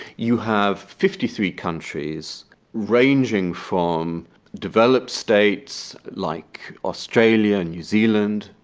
you have fifty three countries ranging from developed states like australia and new zealand,